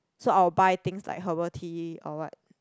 so I will buy things like herbal tea or what